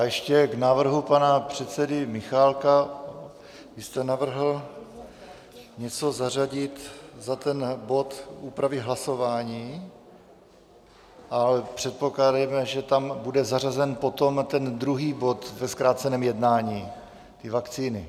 Ještě k návrhu pana předsedy Michálka: vy jste navrhl něco zařadit za bod úpravy hlasování, ale předpokládejme, že tam bude zařazen potom ten druhý bod ve zkráceném jednání, ty vakcíny.